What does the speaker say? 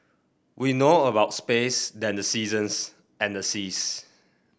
we know about space than the seasons and the seas